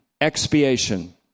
expiation